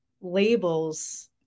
labels